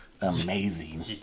amazing